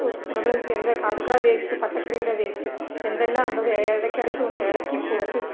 അടുക്കള വേസ്റ്റ് പച്ചക്കറിയുടെ വേസ്റ്റ് എന്തെല്ലാമുണ്ടോ അത് ഇടയ്ക്കിടയ്ക്ക് ഒന്ന് ഇളക്കി കൊടുത്ത്